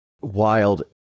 wild